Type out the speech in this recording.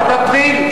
עד אפריל?